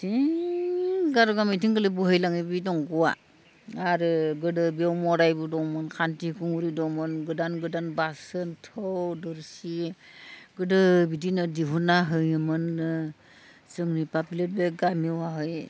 दि गार' गामिथिं गोलै बोहैलाङो बे दंगआ आरो गोदो बेयाव मरायबो दंमोन खानदि खुमुरि दंमोन गोदान गोदान बासोन थौ दोरसि गोदो बिदिनो दिहुन्ना होयोमोन जोंनि बे बाब्लित बे गामियावहाय